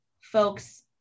folks